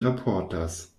raportas